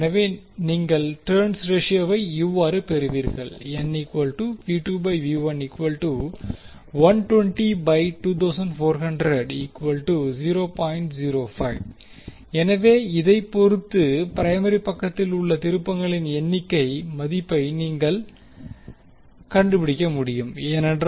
எனவே நீங்கள் டர்ன்ஸ் ரேஷியோவை இவ்வாறு பெறுவீர்கள் எனவே இதை பொறுத்து பிரைமரி பக்கத்தில் உள்ள திருப்பங்களின் எண்ணிக்கை மதிப்பை நீங்கள் கண்டுபிடிக்க முடியும் ஏனென்றால் and